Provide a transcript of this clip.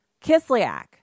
Kislyak